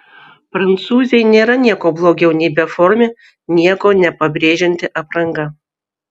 prancūzei nėra nieko blogiau nei beformė nieko nepabrėžianti apranga